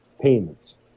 payments